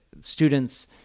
students